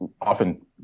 often